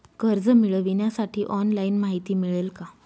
कर्ज मिळविण्यासाठी ऑनलाइन माहिती मिळेल का?